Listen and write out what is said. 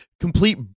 complete